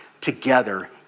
together